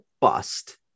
bust